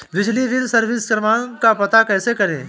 बिजली bill service क्रमांक का पता कैसे करें?